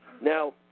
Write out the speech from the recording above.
Now